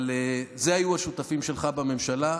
אבל אלה היו השותפים שלך בממשלה,